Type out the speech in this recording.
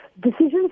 decisions